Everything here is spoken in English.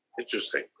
Interesting